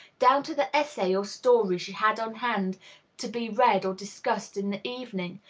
down to the essay or story she had on hand to be read or discussed in the evening,